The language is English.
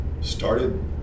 started